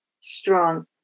strong